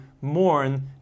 mourn